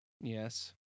Yes